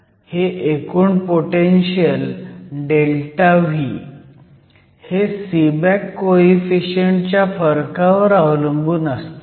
हे एकूण potential ΔV हे सीबॅक कोईफिशियंट च्या फरकावर अवलंबून असतं